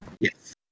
Yes